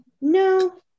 No